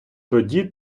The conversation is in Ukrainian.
тоді